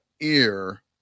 ear